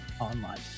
online